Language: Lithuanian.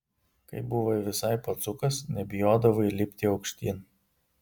kai buvai visai pacukas nebijodavai lipti aukštyn